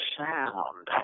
sound